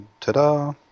Ta-da